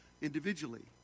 individually